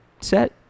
set